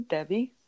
Debbie